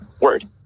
Word